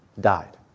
died